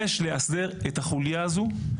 יש לאסדר את החוליה הזאת.